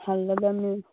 ꯍꯜꯂꯗꯕꯅꯤ